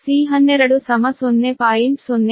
ಆದ್ದರಿಂದ ಅದು ಮೂಲತಃ C12 0